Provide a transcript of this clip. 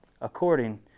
according